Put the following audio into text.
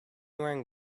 wearing